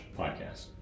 podcast